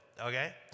okay